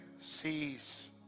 sees